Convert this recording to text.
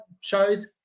shows